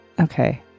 Okay